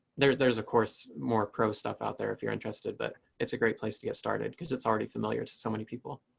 there's, of course, more pro stuff out there, if you're interested, but it's a great place to get started because it's already familiar to so many people.